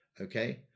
Okay